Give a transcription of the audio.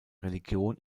religion